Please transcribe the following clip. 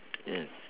yes